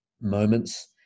moments